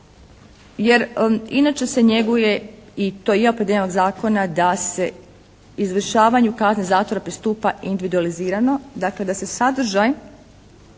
jer inače se njeguje i to je …/Govornik se ne razumije./… zakona da se izvršavanju kazne zatvora pristupa individualizirano. Dakle, da se sadržaj